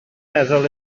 meddwl